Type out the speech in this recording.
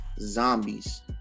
Zombies